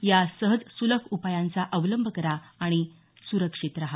या सहज सुलभ उपायांचा अवलंब करा आणि सुरक्षित रहा